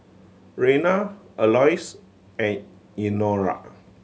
Rena Alois and Elnora